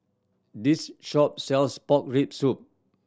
this shop sells pork rib soup